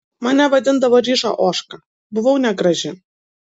mane vadindavo ryža ožka buvau negraži